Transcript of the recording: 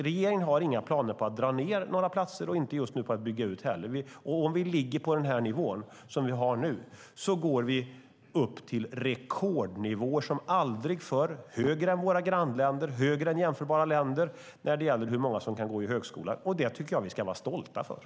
Regeringen har inga planer på att dra ned på platser men just nu inte heller på att bygga ut heller. Om vi ligger på den nivå vi har nu kommer vi upp på rekordnivåer som är högre än våra grannländers och högre än jämförbara länders när det gäller hur många som kan läsa på högskola. Det tycker jag att vi ska vara stolta över.